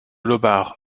laubach